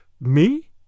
me